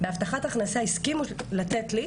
בהבטחת הכנסה הסכימו לתת לי,